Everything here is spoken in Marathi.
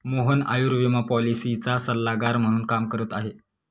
मोहन आयुर्विमा पॉलिसीचा सल्लागार म्हणून काम करत आहे